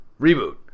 Reboot